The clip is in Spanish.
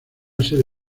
sede